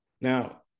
Now